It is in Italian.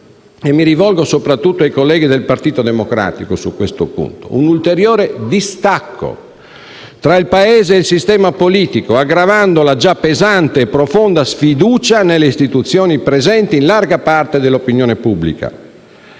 - mi rivolgo soprattutto ai colleghi del Partito Democratico su questo punto - tra il Paese e il sistema politico, aggravando la già pesante e profonda sfiducia nelle istituzioni, presente in larga parte dell'opinione pubblica.